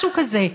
משהו כזה.